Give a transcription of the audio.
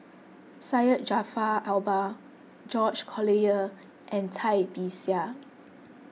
Syed Jaafar Albar George Collyer and Cai Bixia